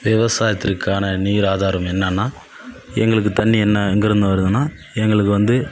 விவசாயத்திற்கான நீர் ஆதாரம் என்னான்னால் எங்களுக்குத் தண்ணி என்ன எங்கே இருந்து வருதுன்னால் எங்களுக்கு வந்து